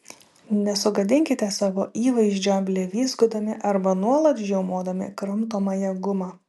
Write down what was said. nesugadinkite savo įvaizdžio blevyzgodami arba nuolat žiaumodami kramtomąją gumą